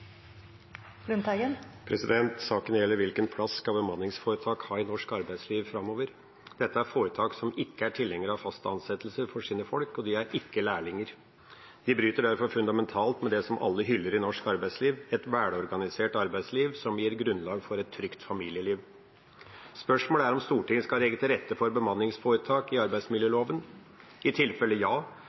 Saken gjelder hvilken plass bemanningsforetak skal ha i norsk arbeidsliv framover. Dette er foretak som ikke er tilhengere av fast ansettelse for sine folk, og de er ikke lærlinger. De bryter derfor fundamentalt med det som alle hyller i norsk arbeidsliv, et velorganisert arbeidsliv som gir grunnlag for et trygt familieliv. Spørsmålet er om Stortinget skal legge til rette for bemanningsforetak i arbeidsmiljøloven. I tilfelle ja,